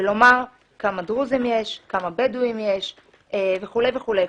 ולומר כמה דרוזים יש, כמה בדואים יש וכולי וכולי.